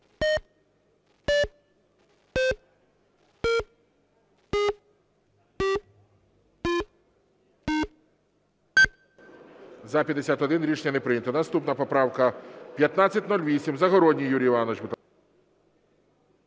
За-51 Рішення не прийнято. Наступна поправка 1508. Загородній Юрій Іванович,